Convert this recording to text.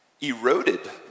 eroded